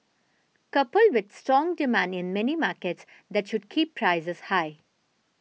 coupled with strong demand in many markets that should keep prices high